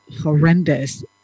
horrendous